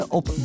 op